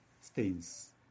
stains